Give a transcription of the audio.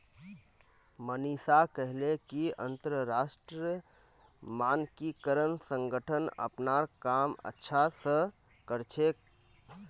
मनीषा कहले कि अंतरराष्ट्रीय मानकीकरण संगठन अपनार काम अच्छा स कर छेक